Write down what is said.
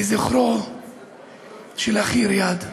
לזכרו של אחי ריאד.